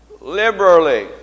Liberally